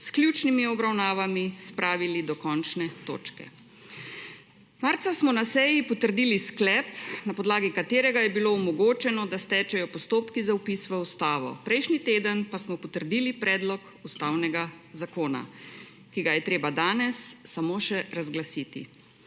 s ključnimi obravnavami spravili do končne točke. Marca smo na seji potrdili sklep, na podlagi katerega je bilo omogočeno, da stečejo postopki za vpis v ustavo. Prejšnji teden pa smo potrdili predlog ustavnega zakona, ki ga je treba danes samo še razglasiti.